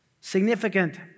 significant